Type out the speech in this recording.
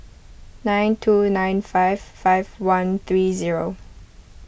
nine two nine five five one three zero